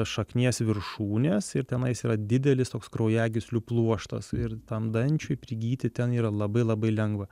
šaknies viršūnės ir tenais yra didelis toks kraujagyslių pluoštas ir tam dančiui prigyti ten yra labai labai lengva